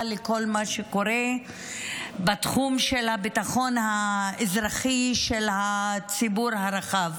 לכל מה שקורה בתחום של הביטחון האזרחי של הציבור הרחב.